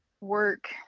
work